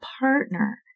partner